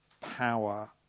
power